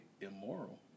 immoral